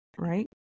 Right